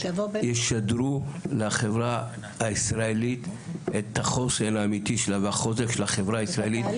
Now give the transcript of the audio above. ישדרו לחברה הישראלית את החוסן האמיתי שלה והחוזק של החברה הישראלית,